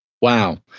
Wow